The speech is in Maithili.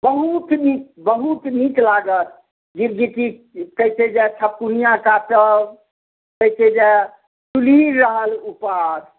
बहुत नीक बहुत नीक लागत जी जी जी कहै छै जे छपुनिया काटब कहै छै जे चूल्ही रहल उपवास